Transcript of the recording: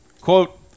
Quote